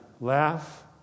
laugh